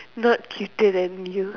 not cuter than you